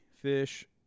Fish